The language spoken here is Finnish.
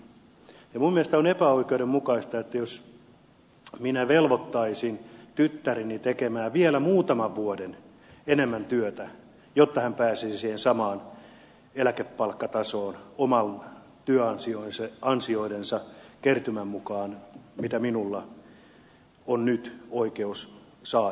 minun mielestäni on epäoikeudenmukaista että minä velvoittaisin tyttäreni tekemään vielä muutaman vuoden enemmän työtä jotta hän pääsee siihen samaan eläkepalkkatasoon omien työansioidensa kertymien mukaan mitä minulla on nyt oikeus saada